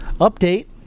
update